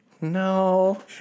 No